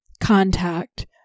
Contact